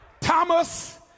Thomas